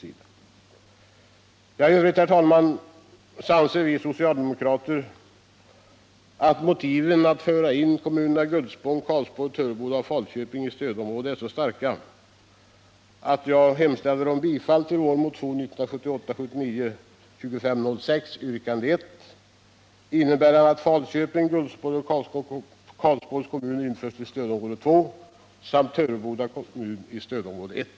I övrigt, herr talman, anser vi socialdemokrater på Skaraborgsbänken att motiven för att införa kommunerna Gullspång, Karlsborg, Töreboda och Falköping i stödområde är så starka, att jag hemställer om bifall till vår motion 1978/79:2506, yrkande 1, innebärande att Falköpings, Gullspångs och Karlsborgs kommuner införes i stödområde 2 samt Töreboda kommun i stödområde 1.